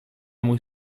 mój